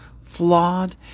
flawed